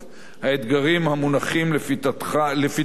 האתגרים המונחים לפתחך,